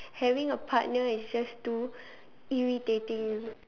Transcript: having a partner is just too irritating